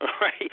right